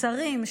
שרים,